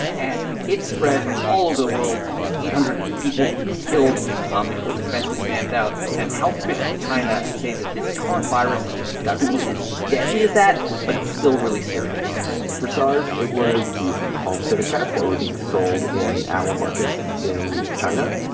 and it spread all over the world. almost eight hundred people were killed um before it was eventually stamped out. and health officials in china say that this current virus doesn't look as deadly as that, but it's still really serious for sars, it was these palm civet cats that were being sold in animal markets in china.